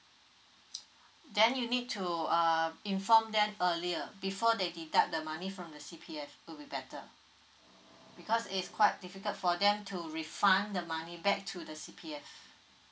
then you need to err inform them earlier before they deduct the money from the C_P_F would be better because it's quite difficult for them to refund the money back to the C_P_F